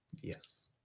Yes